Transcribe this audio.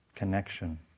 connection